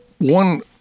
one